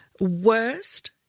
worst